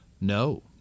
No